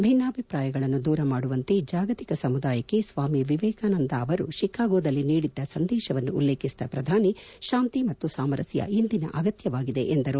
ಭಿನ್ನಾಭಿಪ್ರಾಯಗಳನ್ನು ದೂರ ಮಾಡುವಂತೆ ಜಾಗತಿಕ ಸಮುದಾಯಕ್ಕೆ ಸ್ಲಾಮಿ ವಿವೇಕಾನಂದ ಅವರು ಶಿಕಾಗೋದಲ್ಲಿ ನೀಡಿದ ಸಂದೇಶವನ್ನು ಉಲ್ಲೇಖಿಸಿದ ಪ್ರಧಾನಿ ಶಾಂತಿ ಮತ್ತು ಸಾಮರಸ್ನ ಇಂದಿನ ಅಗತ್ಯವಾಗಿದೆ ಎಂದರು